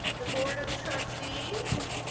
the board of trustees,